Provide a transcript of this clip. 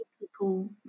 people